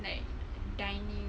like dining